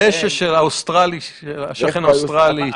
הדשא של השכן האוסטרלי הוא ירוק יותר.